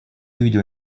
увидел